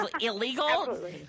illegal